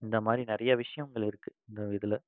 இந்த மாதிரி நிறைய விஷயங்கள் இருக்குது இந்த இதில்